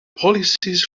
policies